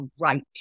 right